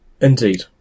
Indeed